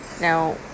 Now